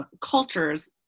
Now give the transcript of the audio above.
cultures